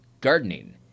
gardening